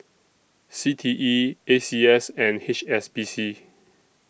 C T E A C S and H S B C